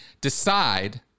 decide